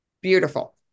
Beautiful